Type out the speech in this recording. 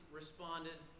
responded